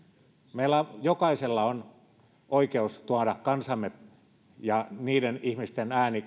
meillä jokaisella on oikeus tuoda kuuluville kansamme ääni ja niiden ihmisten ääni